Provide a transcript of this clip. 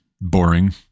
boring